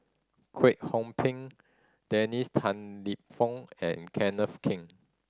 Kwek Hong Png Dennis Tan Lip Fong and Kenneth King